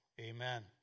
Amen